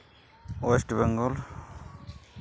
West Bengal